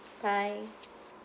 bye